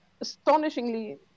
Astonishingly